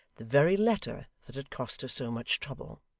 the very letter that had cost her so much trouble.